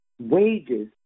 Wages